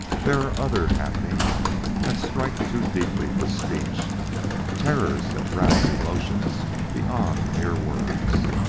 there are other happenings that strike too deeply for speech terrors that rouse emotions beyond mere words.